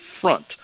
front